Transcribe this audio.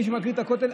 מי שמכיר את הכותל,